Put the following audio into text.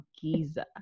Giza